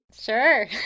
Sure